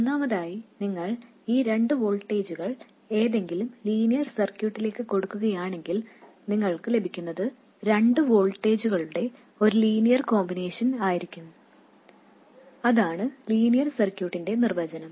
ഒന്നാമതായി നിങ്ങൾ ഈ രണ്ട് വോൾട്ടേജുകൾ ഏതെങ്കിലും ലീനിയർ സർക്യൂട്ടിലേക്ക് കൊടുക്കുകയാണെങ്കിൽ നിങ്ങൾക്ക് ലഭിക്കുന്നത് രണ്ട് വോൾട്ടേജുകളുടെ ഒരു ലീനിയർ കോമ്പിനേഷൻ ആയിരിക്കും അതാണ് ലീനിയർ സർക്യൂട്ടിന്റെ നിർവചനം